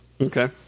Okay